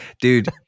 dude